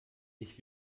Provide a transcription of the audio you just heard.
ich